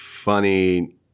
Funny